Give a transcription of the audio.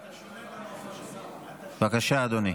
בבקשה, אדוני.